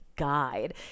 guide